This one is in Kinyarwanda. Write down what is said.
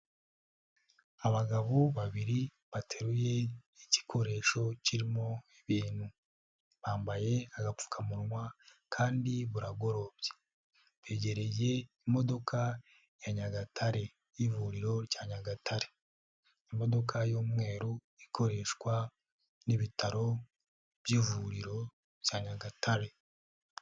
Abagabo babiri bateruye igikoresho kirimo ibintu, bambaye agapfukamunwa kandi buragorobye, begereye imodoka ya Nyagatare, y'Ivuriro rya Nyagatare, imodoka y'umweru ikoreshwa n'Ibitaro by'Ivuriro bya Nyagatare.